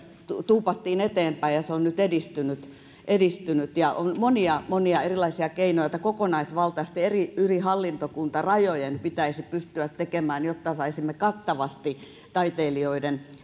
tuupattiin eteenpäin ja se on nyt edistynyt edistynyt on monia monia erilaisia keinoja joita kokonaisvaltaisesti yli eri hallintokuntarajojen pitäisi pystyä tekemään jotta saisimme kattavasti taiteilijoiden